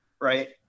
Right